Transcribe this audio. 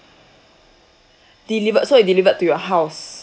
delive~ so it delivered to your house